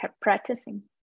practicing